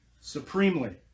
supremely